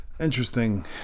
Interesting